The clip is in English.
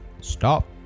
Stop